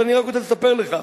אני רק רוצה לספר לך,